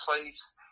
place